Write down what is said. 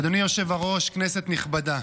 אדוני היושב-ראש, כנסת נכבדה,